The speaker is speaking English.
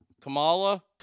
Kamala